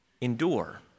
endure